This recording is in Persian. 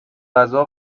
غذا